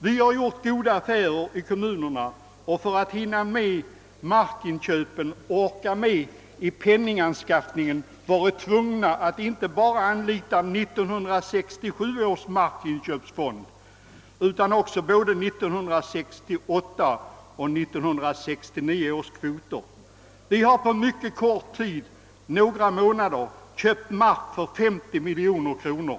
Vi har också gjort goda affärer i kommunerna omkring och har för att hinna med markinköpen och orka med penninganskaffningen varit tvungna att anlita inte bara 1967 års markinköpskvot utan både 1968 och 1969 års kvoter. På mycket kort tid — några månader — har vi köpt mark för 50 miljoner kronor.